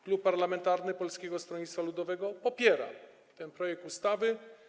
Klub parlamentarny Polskiego Stronnictwa Ludowego popiera ten projekt ustawy.